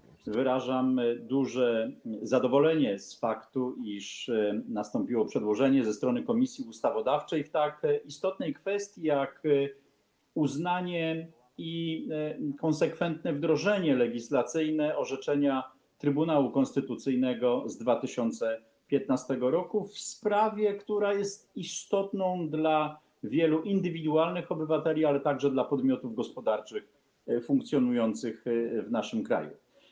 Wyrażam duże zadowolenie z powodu faktu, iż nastąpiło przedłożenie ze strony Komisji Ustawodawczej projektu w tak istotnej kwestii jak uznanie i konsekwentne wdrożenie legislacyjne orzeczenia Trybunału Konstytucyjnego z 2015 r. w sprawie, która jest istotna dla wielu indywidualnych obywateli, ale także dla podmiotów gospodarczych funkcjonujących w naszym kraju.